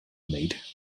made